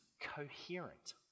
coherent